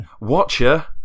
Watcher